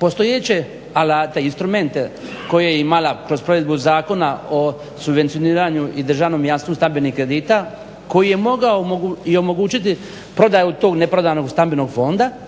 postojeće alate i instrumente koje je imala kroz provedbu Zakona o subvencioniranju i državnom jamstvu stabilnih kredita koji je mogao i omogućiti prodaju tog neprodanog stambenog fonda.